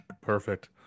Perfect